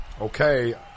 Okay